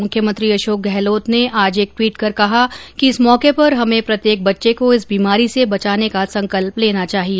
मुख्यमंत्री अशोक गहलोत ने आज एक ट्वीट कर कहा कि इस मौके पर हमें प्रत्येक बच्चे को इस बीमारी से बचाने का संकल्प लेना चाहिए